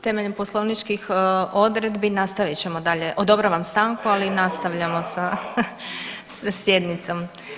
Temeljem poslovničkih odredbi nastavit ćemo dalje, odobravam stanku, ali nastavljamo sa sjednicom.